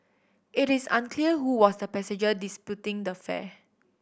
it is unclear who was the passenger disputing the fare